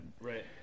right